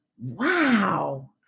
Wow